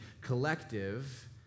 collective